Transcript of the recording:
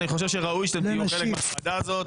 אני חושב שראוי שאתם תהיו חלק מהוועדה הזאת.